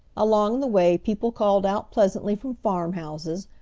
along the way people called out pleasantly from farmhouses,